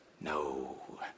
No